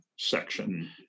section